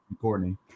Courtney